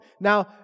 Now